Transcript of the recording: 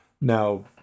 Now